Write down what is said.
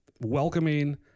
welcoming